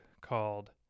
called